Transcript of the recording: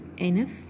enough